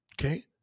okay